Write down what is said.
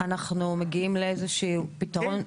אנחנו מגיעים לאיזה שהוא פתרון?